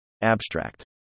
Abstract